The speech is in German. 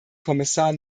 kommissar